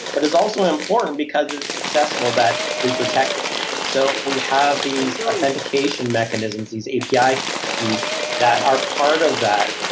but it's also important, because it's accessible that we protect it so we have these authentication mechanisms, these api keys that are part of that,